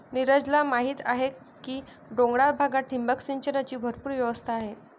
नीरजला माहीत आहे की डोंगराळ भागात ठिबक सिंचनाची भरपूर व्यवस्था आहे